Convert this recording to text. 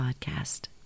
podcast